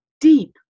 deep